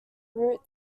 root